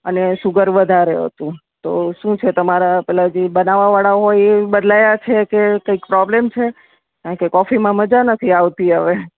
અને સુગર વધારે હતું તો શું છે તમારા પેલા જે બનાવવાવાળા હોય એ બદલાયા છે કે કંઈક પ્રોબ્લેમ છે કારણકે કોફીમાં મજા નથી આવતી હવે